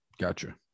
Gotcha